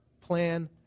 plan